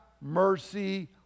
mercy